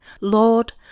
Lord